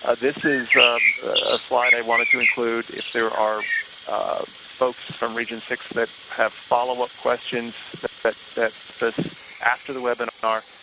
ah this is a slide i wanted to include. if there are folks from region six that have follow-up questions that that surface after the webinar,